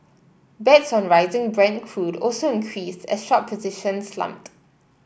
bets on rising Brent crude also increased as short positions slumped